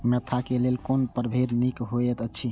Mentha क लेल कोन परभेद निक होयत अछि?